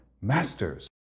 masters